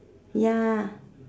ya